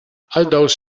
although